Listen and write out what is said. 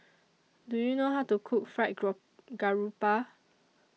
Do YOU know How to Cook Fried Garoupa